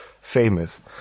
famous